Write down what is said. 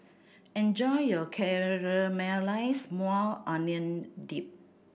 enjoy your Caramelized Maui Onion Dip